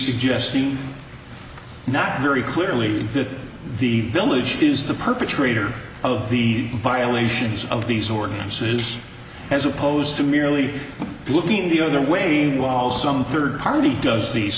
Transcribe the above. suggesting not very clearly that the village is the perpetrator of the violations of these ordinances as opposed to merely looking the other way while some third party does these